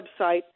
website